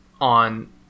on